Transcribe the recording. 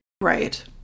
Right